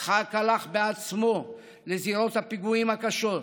יצחק הלך בעצמו לזירות הפיגועים הקשות.